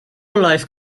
life